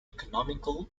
economical